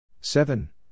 Seven